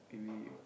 it'll be